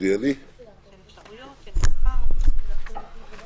אני פותח את ישיבת ועדת